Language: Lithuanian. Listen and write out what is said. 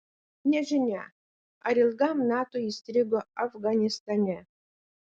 nežinia ar ilgam nato įstrigo afganistane